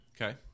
Okay